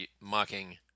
mocking